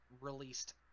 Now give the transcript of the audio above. released